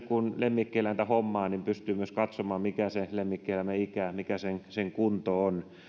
kun lemmikkieläintä hommaa niin jokainen meistä pystyy myös katsomaan mikä sen lemmikkieläimen ikä mikä sen sen kunto on